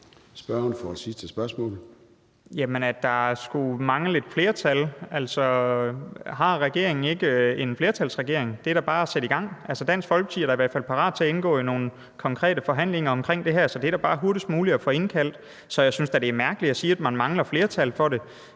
Jamen i forhold til at der skulle mangle et flertal, er regeringen så ikke en flertalsregering? Det er da bare at sætte i gang. Dansk Folkeparti er da i hvert fald parat til at indgå i nogle konkrete forhandlinger omkring det her. Så det er da bare hurtigst muligt at få indkaldt til dem. Så jeg synes da, det er mærkeligt at sige, at man mangler flertal for det.